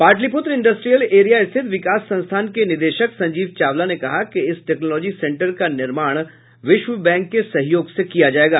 Pataliputra industrial area स्थित विकास संस्थान के निदेशक संजीव चावला ने कहा कि इस टेक्नोलॉजी सेंटर का निर्माण विश्व बैंक के सहयोग से किया जायेगा